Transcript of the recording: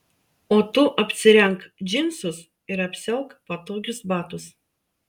o tu apsirenk džinsus ir apsiauk patogius batus